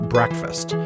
Breakfast